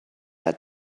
that